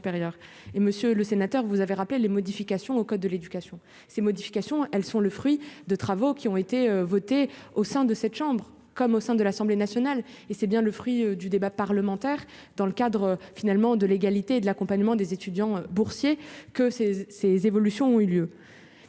et monsieur le sénateur, vous avez rappelé les modifications au code de l'éducation. Ces modifications, elles sont le fruit de travaux qui ont été votées au sein de cette chambre comme au sein de l'Assemblée nationale et c'est bien le fruit du débat parlementaire, dans le cadre, finalement, de l'égalité et de l'accompagnement des étudiants boursiers que c'est ces évolutions ont eu lieu